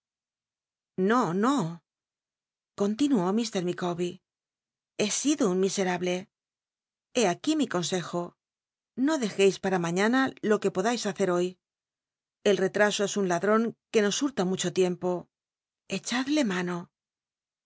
i'ío no continuó mr micawber he sido un miscmb lc lié aquí mi consejo no icjcis pam maiíana lo que podais baccr hoy el retraso os un ladron qu o nos hurta mucho tiempo ochadle mano